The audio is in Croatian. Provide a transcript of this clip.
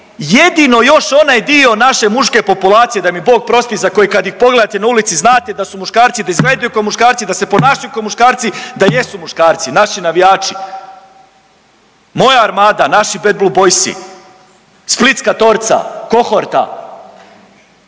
jedino još onaj dio naše muške populacije, da mi Bog 'prosti, za koje kad ih pogledate na ulici, znate da su muškarci, da izgledaju kao muškarci, da se ponašaju kao muškarci, da jesu muškarci, naši navijači? Moja Armada, naši BBB, splitska Torca, Kohorta,